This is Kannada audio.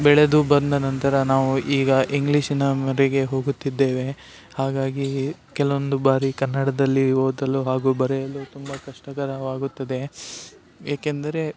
ಬೆಳೆದು ಬಂದ ನಂತರ ನಾವು ಈಗ ಇಂಗ್ಲೀಷಿನ ಮೊರೆಗೆ ಹೋಗುತ್ತಿದ್ದೇವೆ ಹಾಗಾಗಿ ಕೆಲವೊಂದು ಬಾರಿ ಕನ್ನಡದಲ್ಲಿ ಓದಲು ಹಾಗು ಬರೆಯಲು ತುಂಬ ಕಷ್ಟಕರವಾಗುತ್ತದೆ ಏಕೆಂದರೆ